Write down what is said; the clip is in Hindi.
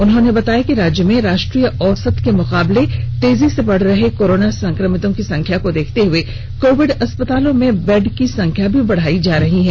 उन्होंने बताया कि राज्य में राष्ट्रीय औसत के मुकाबले तेजी से बढ़ रहे कोरोना संक्रमितों की संख्या को देखते हुए कोविड अस्पतालों में बेड की संख्या भी बढ़ाई जा रही है